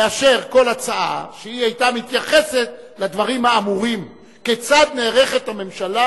אני הייתי מאשר כל הצעה שהיתה מתייחסת לדברים האמורים: כיצד נערכת הממשלה